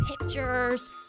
pictures